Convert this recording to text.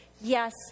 Yes